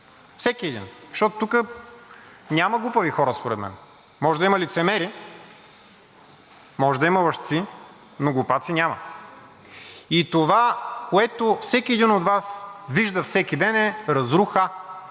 всеки един, защото тук няма глупави хора според мен. Може да има лицемери, може да има лъжци, но глупаци няма. Това, което всеки един от Вас вижда всеки ден, е разруха.